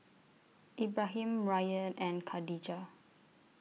Ibrahim Ryan and Khadija